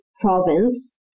province